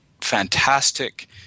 fantastic